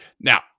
Now